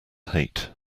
hate